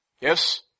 Yes